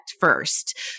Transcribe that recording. first